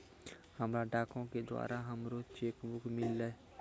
हमरा डाको के द्वारा हमरो चेक बुक मिललै